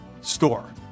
store